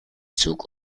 zug